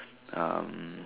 um